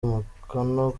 umukono